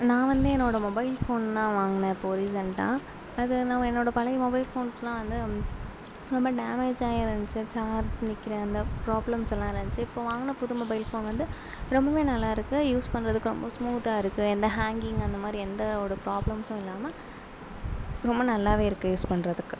நான் வந்து என்னோட மொபைல் ஃபோன் தான் வாங்குனேன் இப்போ ரீசெண்டாக அது நவ் என்னோட பழைய மொபைல் ஃபோன்ஸ் எல்லாம் வந்து ரொம்ப டேமேஜாயிருந்துச்சி சார்ஜ் நிற்கிற அந்த ப்ராப்லம்ஸ் எல்லாம் இருந்துச்சி இப்போ வாங்கின புது மொபைல் ஃபோன் வந்து ரொம்பவே நல்லா இருக்கு யூஸ் பண்ணுறதுக்கு ரொம்ப ஸ்மூத்தாக இருக்கு எந்த ஹேங்கிங் அந்த மாதிரி எந்த ஒரு ப்ராப்லம்ஸும் இல்லாம ரொம்ப நல்லாவே இருக்கு யூஸ் பண்ணுறதுக்கு